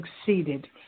succeeded